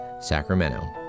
Sacramento